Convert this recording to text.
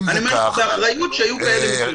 אני אומר לך באחריות שהיו כאלה מקרים.